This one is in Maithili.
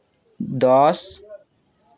दस